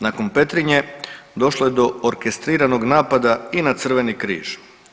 Nakon Petrinje došlo do orkestriranog napada i na Crveni križ.